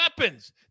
weapons